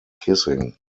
kissing